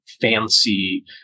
fancy